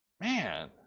Man